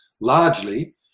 largely